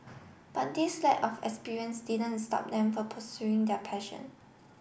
but this lack of experience didn't stop them from pursuing their passion